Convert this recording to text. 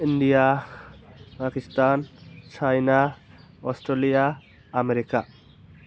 India Pakistan China Australia America